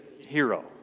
hero